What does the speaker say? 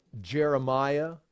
Jeremiah